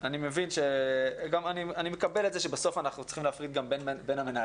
אני מבין ואני מקבל את זה שבסוף אנחנו צריכים להחליט גם בין המנהלים.